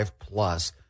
Plus